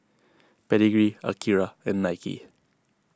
Pedigree Akira and Nike